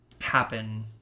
happen